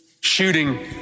shooting